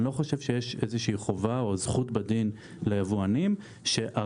אני לא חושב שיש איזה שהיא חובה או זכות בדין ליבואנים שהרכש